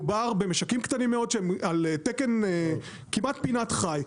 מדובר במשקים קטנים מאוד שהם על תקן כמעט פינת חי,